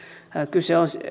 kyse on